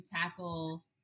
tackle